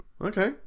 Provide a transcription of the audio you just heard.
okay